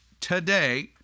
today